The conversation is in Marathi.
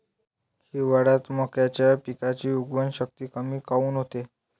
हिवाळ्यात मक्याच्या पिकाची उगवन शक्ती कमी काऊन होते?